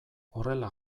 horrela